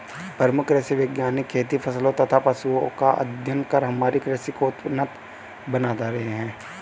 प्रमुख कृषि वैज्ञानिक खेती फसलों तथा पशुओं का अध्ययन कर हमारी कृषि को उन्नत बना रहे हैं